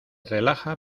relaja